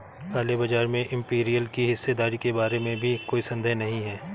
काले बाजार में इंपीरियल की हिस्सेदारी के बारे में भी कोई संदेह नहीं है